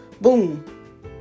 boom